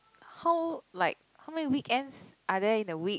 how like how many weekends are there in a week